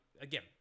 Again